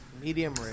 Medium